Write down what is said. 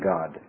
God